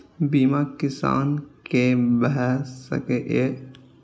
बीमा किसान कै भ सके ये?